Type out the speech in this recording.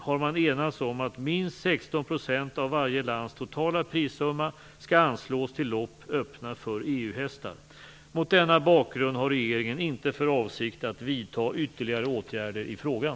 har man enats om att minst 16 % av varje lands totala prissumma skall anslås till lopp öppna för EU-hästar. Mot denna bakgrund har regeringen inte för avsikt att vidta ytterligare åtgärder i frågan.